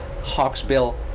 Hawksbill